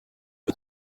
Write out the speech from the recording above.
iki